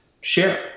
share